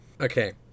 okay